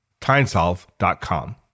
TimeSolve.com